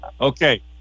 okay